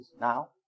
now